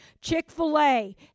Chick-fil-A